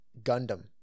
Gundam